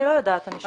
אני לא יודעת למה.